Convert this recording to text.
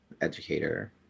educator